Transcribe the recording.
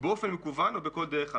באופן מקוון או בכל דרך אחרת.